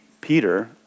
Peter